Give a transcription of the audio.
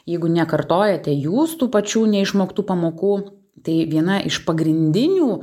jeigu nekartojate jūs tų pačių neišmoktų pamokų tai viena iš pagrindinių